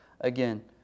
Again